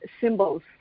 symbols